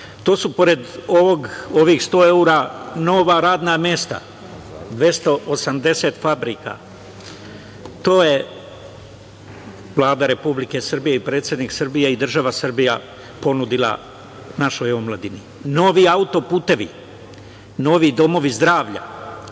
To su pored ovih 100 evra nova radna mesta, 280 fabrika. To je Vlada Republike Srbije i predsednik Srbije i država Srbija ponudila našoj omladini. Novi autoputevi, novi domovi zdravlja,